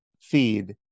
feed